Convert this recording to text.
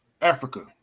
Africa